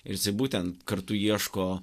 ir būtent kartu ieško